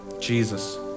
Jesus